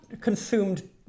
consumed